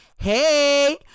hey